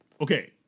Okay